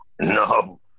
no